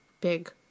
Big